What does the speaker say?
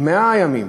100 הימים,